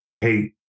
Hey